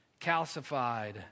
calcified